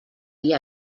dir